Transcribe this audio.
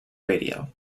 radio